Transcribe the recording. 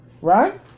right